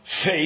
faith